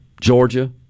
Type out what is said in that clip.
Georgia